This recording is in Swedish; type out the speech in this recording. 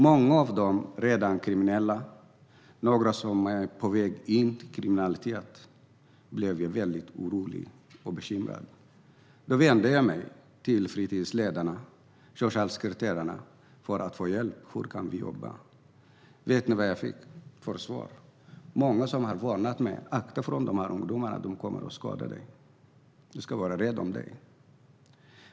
Många av dem var redan kriminella, och några var på väg in i kriminalitet. Jag blev mycket orolig och bekymrad. Då vände jag mig till fritidsledarna och socialsekreterarna för att få hjälp. Hur kan vi jobba? Vet ni vilket svar jag fick? Det var många som varnade mig: Akta dig för de ungdomarna - de kommer att skada dig! Du ska vara rädd om dig!